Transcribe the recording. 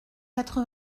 quatre